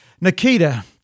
Nikita